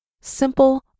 simple